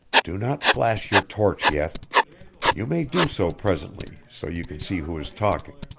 do not flash your torch yet you may do so presently, so you can see who is talking.